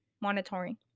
monitoring